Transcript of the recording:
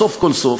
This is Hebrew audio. סוף כל סוף,